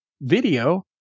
video